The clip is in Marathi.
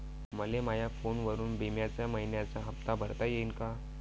मले माया फोनवरून बिम्याचा मइन्याचा हप्ता भरता येते का?